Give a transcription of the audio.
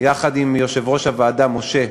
יחד עם יושב-ראש הוועדה משה,